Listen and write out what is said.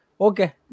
okay